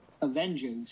Avengers